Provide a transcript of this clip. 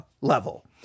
level